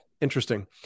Interesting